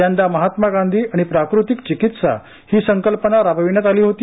यंदा महात्मा गांधी आणि प्राकृतिक चिकित्सा ही संकल्पना राबविण्यात आली होती